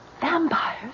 vampires